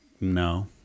no